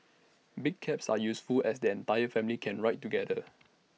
big cabs are useful as the entire family can ride together